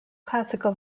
classical